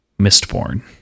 Mistborn